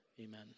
Amen